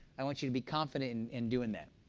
i want you to be confident in doing that.